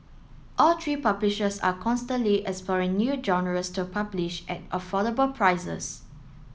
all three publishers are constantly exploring new genres to publish at affordable prices